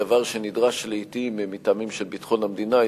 דבר שנדרש לעתים מטעמים של ביטחון המדינה,